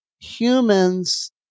Humans